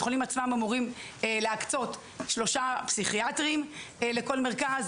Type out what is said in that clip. בתי החולים עצמם אמורים להקצות שלושה פסיכיאטרים לכל מרכז,